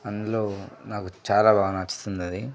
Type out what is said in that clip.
అందులో నాకు చాలా బాగా నచ్చుతుందది